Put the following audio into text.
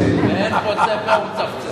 ואין פוצה פה ומצפצף.